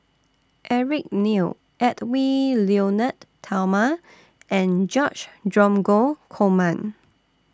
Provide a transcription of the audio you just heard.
Eric Neo Edwy Lyonet Talma and George Dromgold Coleman